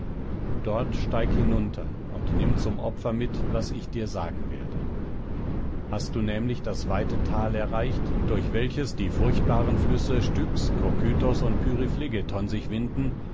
dort steig hinunter und nimm zum opfer mit was ich dir sagen werde hast du nämlich das weite thal erreicht durch welches die furchtbaren flüsse styx kokytos und pyriphlegethon sich winden